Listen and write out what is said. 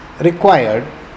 required